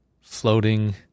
floating